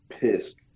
pissed